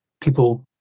people